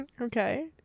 okay